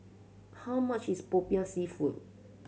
how much is Popiah Seafood